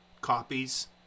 copies